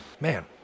man